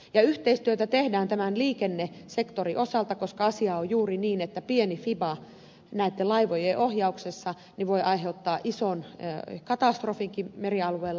yhteistyötä tehdään liikennesektorin osalta koska asia on juuri niin että pieni fiba näitten laivojen ohjauksessa voi aiheuttaa ison katastrofinkin merialueella